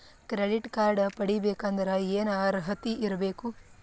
Credit card ಪಡಿಬೇಕಂದರ ಏನ ಅರ್ಹತಿ ಇರಬೇಕು?